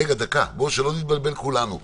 שלא נתבלבל כולנו פה.